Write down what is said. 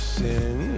sin